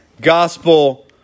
gospel